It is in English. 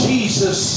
Jesus